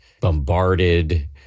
bombarded